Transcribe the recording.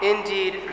Indeed